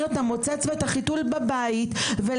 אני אפילו לא